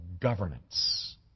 governance